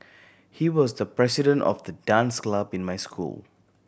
he was the president of the dance club in my school